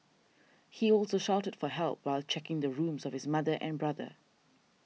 he also shouted for help while checking the rooms of his mother and brother